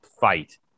fight